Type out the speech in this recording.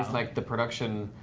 like the production.